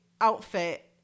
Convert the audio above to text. outfit